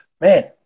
man